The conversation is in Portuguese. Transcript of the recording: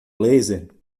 laser